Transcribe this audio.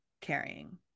carrying